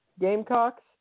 Gamecocks